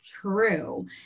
true